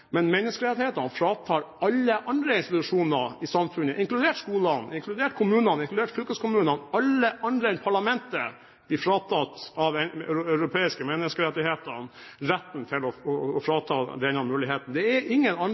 men menneskerettighetene fratar alle andre institusjoner i samfunnet – inkludert skolene, inkludert kommunene, inkludert fylkeskommunene – enn parlamentet retten til denne muligheten. Det er ingen andre